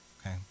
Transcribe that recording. okay